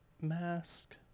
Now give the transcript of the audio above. mask